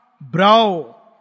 brow